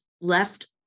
left